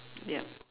yup